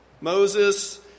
Moses